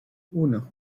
uno